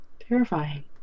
Terrifying